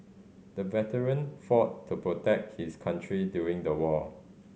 the veteran fought to protect his country during the war